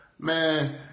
man